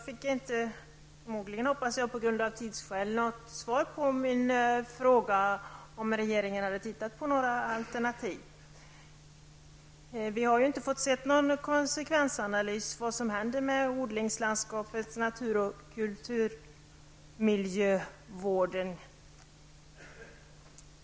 Herr talman! Jag hoppas att det var av tidsskäl som jag inte fick något svar på min fråga om regeringen har tittat på några alternativ. Vi har inte fått se någon konsekvensanalys av vad som händer med odlingslandskapets natur och kulturmiljövård.